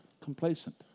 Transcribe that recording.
complacent